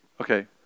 Okay